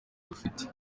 dufite